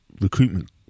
recruitment